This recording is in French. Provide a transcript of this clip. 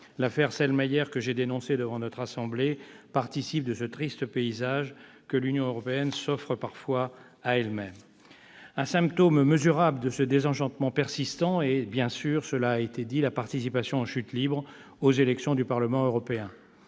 L'affaire Selmayr, que j'ai dénoncée devant la Haute Assemblée, participe de ce triste paysage que l'Union européenne s'offre parfois à elle-même. Un symptôme mesurable de ce désenchantement persistant se trouve dans la participation en chute libre aux élections au Parlement européen,